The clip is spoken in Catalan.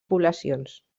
poblacions